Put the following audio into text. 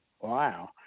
wow